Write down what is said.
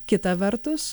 kita vertus